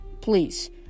Please